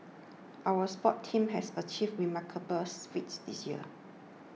our sports teams have achieved remarkables feats this year